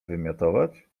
wymiotować